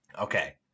Okay